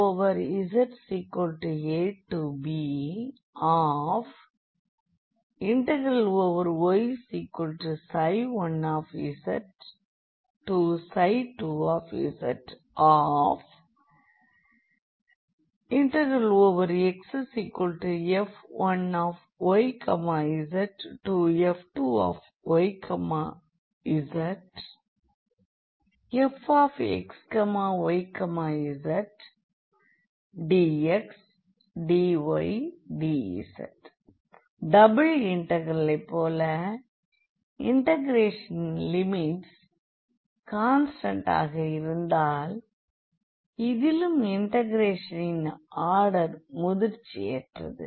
VfxyzdVzaby1z2zxf1yzf2yzfxyzdxdydz double இன்டெகிரலைப் போல இன்டெகிரேஷனின் லிமிட்ஸ் கான்ஸ்டண்டாக இருந்தால் இதிலும் இன்டெகிரேஷனின் ஆர்டர் முதிர்ச்சியற்றது